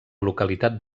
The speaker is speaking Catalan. localitat